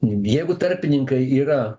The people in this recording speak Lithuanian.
jeigu tarpininkai yra